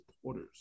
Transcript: supporters